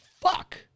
fuck